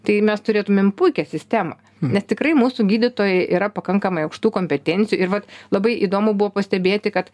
tai mes turėtumėm puikią sistemą nes tikrai mūsų gydytojai yra pakankamai aukštų kompetencijų ir vat labai įdomu buvo pastebėti kad